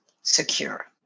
secure